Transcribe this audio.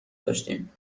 داشتیم